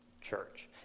church